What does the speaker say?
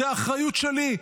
זו האחריות שלי,